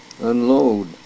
unload